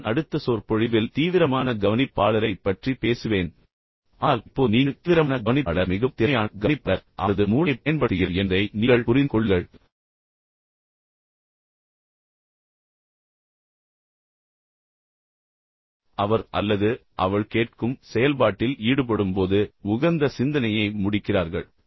எனவே நான் அடுத்த சொற்பொழிவில் தீவிரமான கவனிப்பாளரை பற்றி பேசுவேன் ஆனால் இப்போது நீங்கள் தீவிரமான கவனிப்பாளர் மிகவும் திறமையான கவனிப்பாளர் அவரது மூளையைப் பயன்படுத்துகிறார் என்பதை நீங்கள் புரிந்து கொள்ளுங்கள் பின்னர் அவர் அல்லது அவள் கேட்கும் செயல்பாட்டில் ஈடுபடும் போது உகந்த சிந்தனையை முடிக்கிறார்கள்